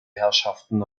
herrschaften